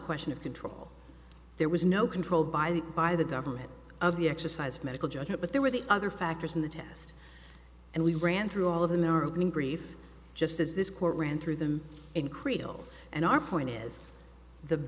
question of control there was no control by the by the government of the exercise of medical judgment but there were the other factors in the test and we ran through all of them in our opening brief just as this court ran through them in creedal and our point is the